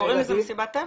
וקוראים לזה מסיבת טבע?